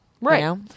Right